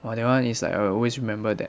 !wah! that one is like I will always remember that